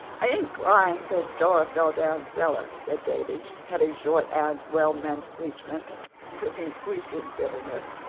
i ain't crying cause dora fell down cellar, said davy, cutting short anne's wellmeant preachment with increasing bitterness.